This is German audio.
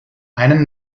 einen